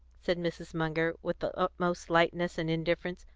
said mrs. munger, with the utmost lightness and indifference,